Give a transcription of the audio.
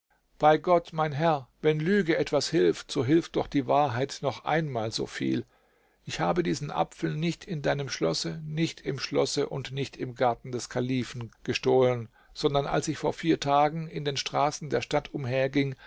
bei gott mein herr wenn lüge etwas hilft so hilft doch die wahrheit noch einmal so viel ich habe diesen apfel nicht in deinem schlosse nicht im schlosse und nicht im garten des kalifen gestohlen sondern als ich vor vier tagen in den straßen der stadt umherging